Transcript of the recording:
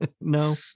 No